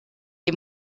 est